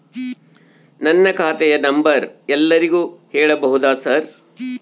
ನನ್ನ ಖಾತೆಯ ನಂಬರ್ ಎಲ್ಲರಿಗೂ ಹೇಳಬಹುದಾ ಸರ್?